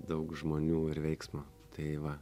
daug žmonių ir veiksmo tai va